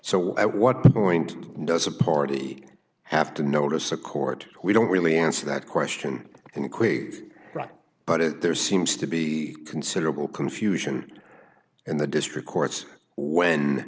so at what point does a party have to notice a court we don't really answer that question in a quick but there seems to be considerable confusion in the district courts when